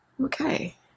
Okay